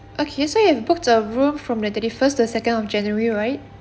okay so you have booked a room from the thirty first to the second of january right